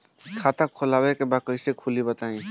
खाता खोले के बा कईसे खुली बताई?